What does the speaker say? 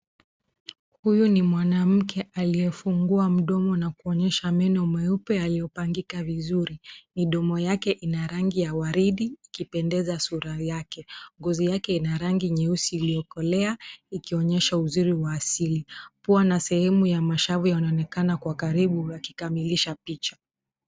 Huu ni mwanamke aliyefungua mdomo, na kuonyesha meno meupe, yaliyopangika vizuri. Midomo yake ina rangi ya waridi, ikipendeza sura yake. Ngozi yake ina rangi nyeusi iliokolea, ikionyesha uzuri wa asili. Pua na sehemu za mashavu yanaonekana kwa karibu yakikamilisha picha.